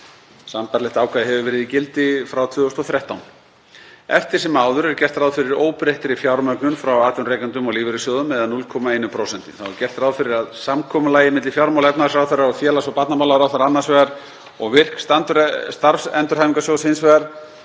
Sambærilegt ákvæði hefur verið í gildi frá 2013. Eftir sem áður er gert ráð fyrir óbreyttri fjármögnun frá atvinnurekendum og lífeyrissjóðum eða 0,1%. Þá er gert ráð fyrir að samkomulagi milli fjármála- og efnahagsráðherra og félags- og barnamálaráðherra annars vegar og VIRK Starfsendurhæfingarsjóðs hins vegar